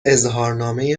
اظهارنامه